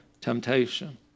temptation